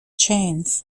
chains